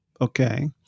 Okay